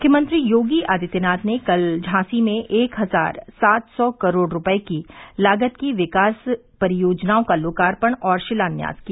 मुख्यमंत्री योगी आदित्यनाथ ने कल झांसी में एक हजार सात सौ करोड़ रूपये लागत की विकास परियोजनाओं का लोकार्पण और शिलान्यास किया